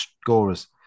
scorers